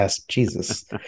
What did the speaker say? Jesus